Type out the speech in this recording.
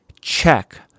Check